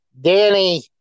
Danny